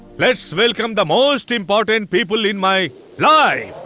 let's welcome the most important people in my life!